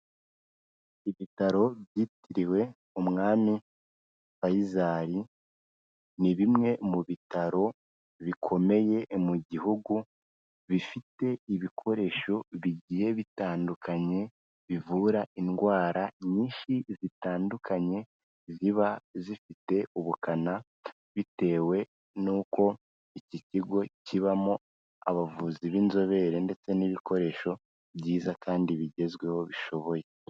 Ibitaro byitiriwe umwami fayizari ni bimwe mu bitaro bikomeye mu gihugu bifite ibikoresho bigiye bitandukanye bivura indwara nyinshi zitandukanye ziba zifite ubukana, bitewe n'uko iki kigo kibamo abavuzi b'inzobere ndetse n'ibikoresho byiza kandi bigezweho bishoboye.